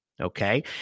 okay